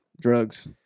drugs